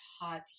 hot